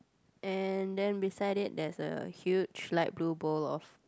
and then beside it there's a huge light blue bowl of